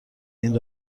این